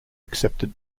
accepted